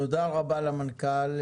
תודה רבה למנכ"ל,